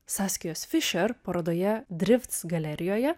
saskijos fišer parodoje drift galerijoje